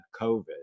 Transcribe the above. COVID